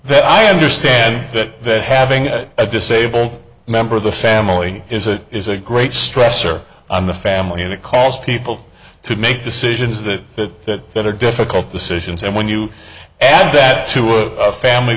that i understand that that having a disabled member of the family is a is a great stressor on the family and it caused people to make decisions that that are difficult decisions and when you add that to what a family